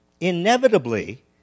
inevitably